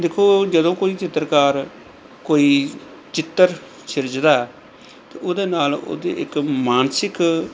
ਦੇਖੋ ਜਦੋਂ ਕੋਈ ਚਿੱਤਰਕਾਰ ਕੋਈ ਚਿੱਤਰ ਸਿਰਜਦਾ ਤਾਂ ਉਹਦੇ ਨਾਲ ਉਹਦੀ ਇੱਕ ਮਾਨਸਿਕ